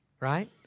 right